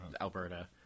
Alberta